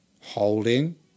Holding